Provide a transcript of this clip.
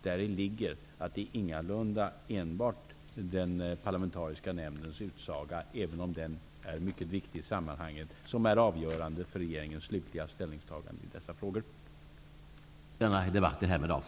Däri ligger att det ingalunda enbart är den parlamentariska nämndens utsaga som är avgörande för regeringens slutliga ställningstagande i dessa frågor, även om den är mycket viktig i sammanhanget.